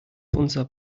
unser